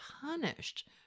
punished